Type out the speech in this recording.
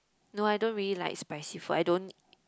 no I don't really like spicy food I don't